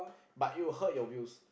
but it will hurt your wheels